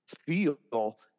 feel